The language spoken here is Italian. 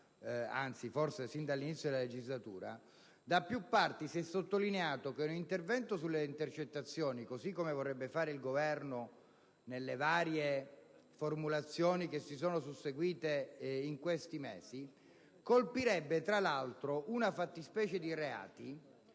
anzi, forse sin dall'inizio della legislatura) da più parti si è sottolineato che un intervento sulle intercettazioni, così come vorrebbe fare il Governo nelle varie formulazioni che si sono susseguite in questi mesi, colpirebbe, tra l'altro, una fattispecie di reati